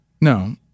No